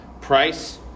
Price